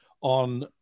on